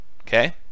Okay